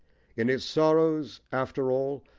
in its sorrows, after all,